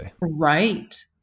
Right